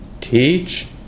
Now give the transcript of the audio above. teach